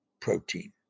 protein